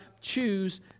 choose